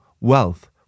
wealth